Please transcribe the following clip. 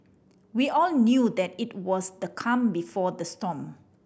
we all knew that it was the calm before the storm